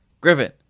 Griffin